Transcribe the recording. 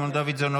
סימון דוידסון,